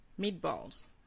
Meatballs